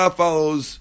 follows